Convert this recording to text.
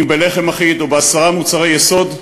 אם בלחם אחיד או בעשרה מוצרי יסוד.